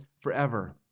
forever